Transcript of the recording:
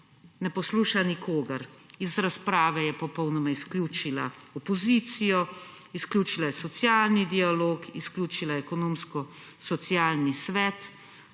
ne posluša nikogar. Iz razprave je popolnoma izključila opozicijo, izključila je socialni dialog, izključila je Ekonomsko-socialni svet,